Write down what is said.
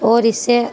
اور اس سے